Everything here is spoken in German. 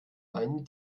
einen